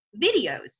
videos